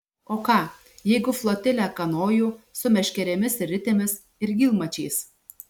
o ką jeigu flotilę kanojų su meškerėmis ir ritėmis ir gylmačiais